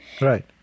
Right